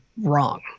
wrong